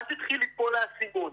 אז התחיל ליפול האסימון.